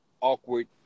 awkward